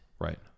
Right